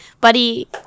Buddy